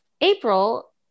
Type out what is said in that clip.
April